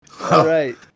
right